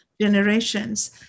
generations